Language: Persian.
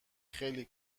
خیلی